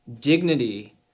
dignity